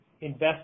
invest